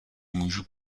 můžu